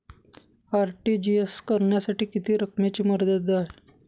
RTGS करण्यासाठी किती रकमेची मर्यादा आहे?